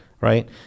right